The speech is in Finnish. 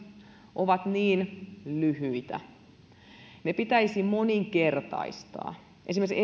ovat niin lyhyitä ne pitäisi moninkertaistaa esimerkiksi